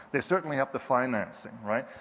they certainly have the financing, right?